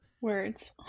Words